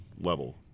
level